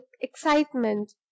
excitement